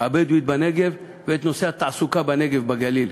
הבדואית בנגב ונושא התעסוקה בנגב ובגליל.